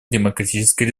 демократической